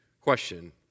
question